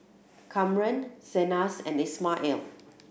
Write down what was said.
Kamren Zenas and Ismael